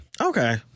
Okay